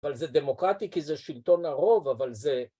‫אבל זה דמוקרטי כי זה שלטון הרוב, ‫אבל זה...